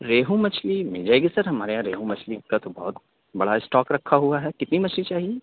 ریہو مچھلی مِل جائے گی سر ہمارے یہاں ریہو مچھلی کا تو بہت بڑا اسٹاک رکھا ہُوا ہے کتنی مچھلی چاہیے